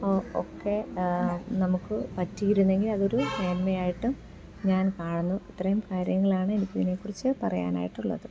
ഒക്കെ നമുക്ക് പറ്റിയിരുന്നെങ്കിൽ അതൊരു മേൻമയായിട്ടും ഞാൻ കാണുന്നു ഇത്രയും കാര്യങ്ങളാണ് എനിക്ക് ഇതിനെക്കുറിച്ചു പറയാനായിട്ടുള്ളത്